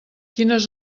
quines